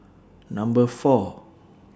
Number four